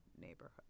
neighborhood